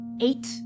eight